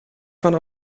van